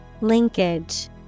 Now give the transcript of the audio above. Linkage